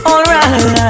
Alright